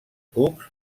cucs